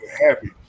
happy